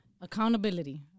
Accountability